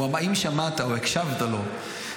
אם שמעת או הקשבת לו,